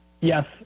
yes